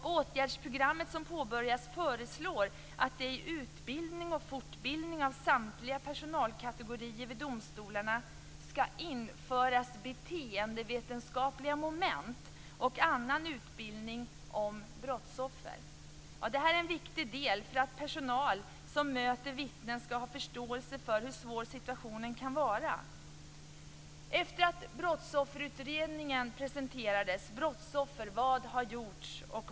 I det åtgärdsprogram som påbörjats föreslås att det i utbildning och fortbildning av samtliga personalkategorier vid domstolarna skall införas beteendevetenskapliga moment och annan utbildning om brottsoffer. Det här är en viktig del för att personal som möter vittnen skall ha förståelse för hur svår situationen kan vara. Efter det att Brottsofferutredningens förslag presenteras, Brottsoffer - Vad har gjorts?